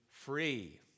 free